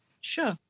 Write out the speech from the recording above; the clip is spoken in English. Sure